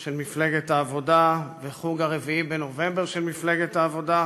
של מפלגת העבודה ו"חוג ה-4 בנובמבר" של מפלגת העבודה,